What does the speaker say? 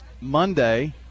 Monday